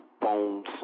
Bones